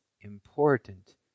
important